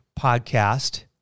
podcast